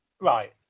Right